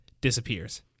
disappears